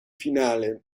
finale